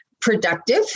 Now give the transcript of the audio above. productive